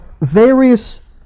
various